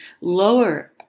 lower